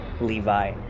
Levi